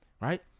Right